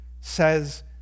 says